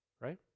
right